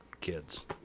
Kids